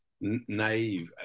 naive